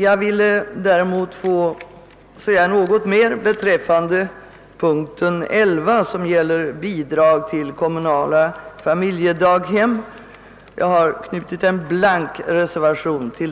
Jag vill emellertid närmast säga några ord om punkten 11, som avser bidrag till kommunala familjedaghem och till vilken punkt jag knutit en blank reservation. Det